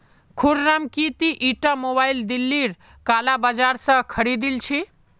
खुर्रम की ती ईटा मोबाइल दिल्लीर काला बाजार स खरीदिल छि